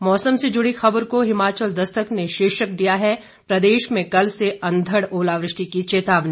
मौसम से जुड़ी खबर को हिमाचल दस्तक ने शीर्षक दिया है प्रदेश में कल से अंधड़ ओलावृष्टि की चेतावनी